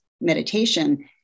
meditation